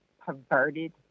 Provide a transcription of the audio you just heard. perverted